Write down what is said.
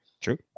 True